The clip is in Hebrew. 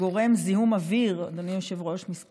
לגורם זיהום אוויר מס'